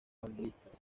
evangelistas